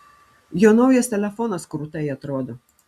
jo naujas telefonas krūtai atrodo